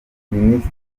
minisitiri